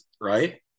right